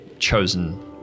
chosen